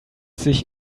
sich